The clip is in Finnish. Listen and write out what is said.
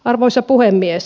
arvoisa puhemies